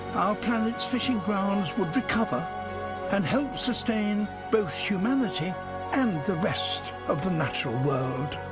planet's fishing grounds would recover and help sustain both humanity and the rest of the natural world.